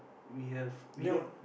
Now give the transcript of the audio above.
we have we don't